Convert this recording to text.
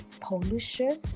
pollution